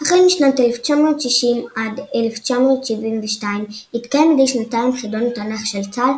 החל משנת 1960 עד 1972 התקיים מדי שנתיים חידון התנ"ך של צה"ל,